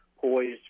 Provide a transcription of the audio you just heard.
poised